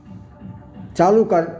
चारू कात